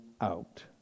out